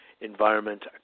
environment